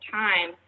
time